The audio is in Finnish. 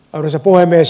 arvoisa puhemies